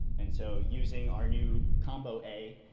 and so using our new combo a